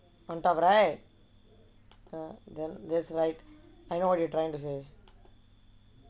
on top right the the there's right I know what you trying to say